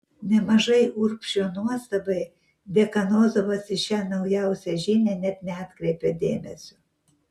nemažai urbšio nuostabai dekanozovas į šią naujausią žinią net neatkreipė dėmesio